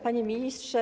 Panie Ministrze!